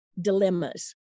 dilemmas